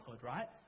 right